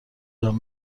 جان